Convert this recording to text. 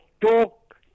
talk